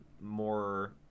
more